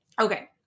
Okay